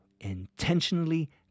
intentionally